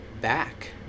back